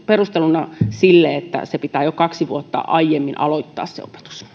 perusteluna sille että opetus pitää jo kaksi vuotta aiemmin aloittaa